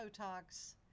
Botox